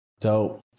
Dope